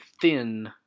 thin